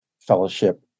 fellowship